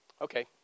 Okay